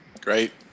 Great